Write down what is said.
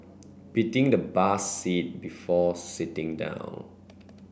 beating the bus seat before sitting down